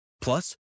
Plus